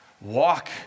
walk